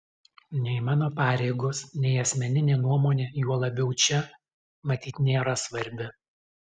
nei mano pareigos nei asmeninė nuomonė juo labiau čia matyt nėra svarbi